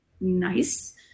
Nice